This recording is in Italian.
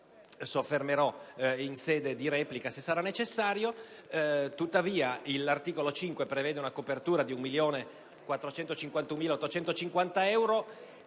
soffermerò in sede di replica, se sarà necessario. Tuttavia, l'articolo 5 del decreto prevede una copertura di 1.451.850 euro,